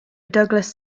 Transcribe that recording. douglas